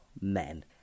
men